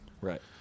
Right